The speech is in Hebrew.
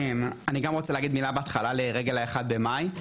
אני גם רוצה להגיד מילא בהתחלה לרגל ה-01 במאי.